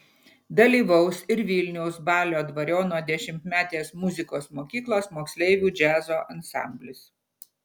dalyvaus ir vilniaus balio dvariono dešimtmetės muzikos mokyklos moksleivių džiazo ansamblis